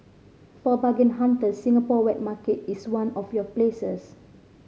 for bargain hunters Singapore wet market is one of your places